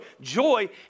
joy